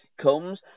comes